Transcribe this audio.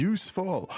Useful